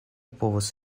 povus